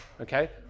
okay